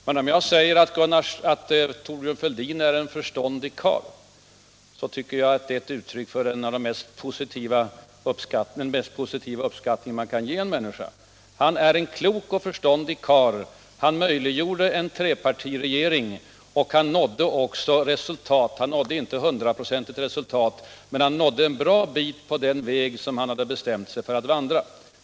Men om jag säger att Thorbjörn Fälldin är en förståndig karl tycker jag att det är ett av de mest positiva och uppskattande omdömen man kan ge en människa. Han är en klok och förståndig karl. Han möjliggjorde en trepartiregering, och han nådde också resultat. Han nådde inte hundraprocentigt resultat, men han nådde en bra bit på den väg som han hade bestämt sig för att vandra.